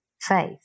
faith